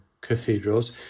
cathedrals